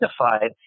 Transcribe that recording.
identified